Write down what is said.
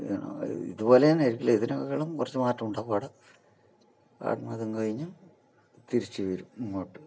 ഇതുപോലെ തന്നെ ആയിരിക്കില്ല ഇതിനേക്കാളും കുറച്ച് മാറ്റമുണ്ടാകും അവിടെ അവിടെ നിന്ന് അതും കഴിഞ്ഞ് തിരിച്ചു വരും ഇങ്ങോട്ട്